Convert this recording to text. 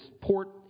port